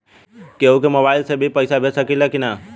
केहू के मोवाईल से भी पैसा भेज सकीला की ना?